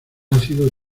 ácidos